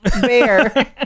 Bear